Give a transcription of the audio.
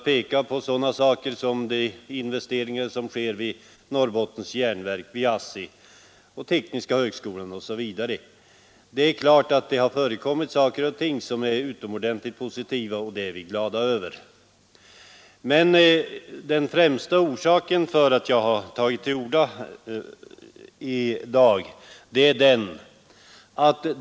Det har gjorts investeringar i Norrbottens järnverk, ASSI, tekniska högskolan osv. Vissa andra positiva åtgärder har vidtagits, som vi är glada över.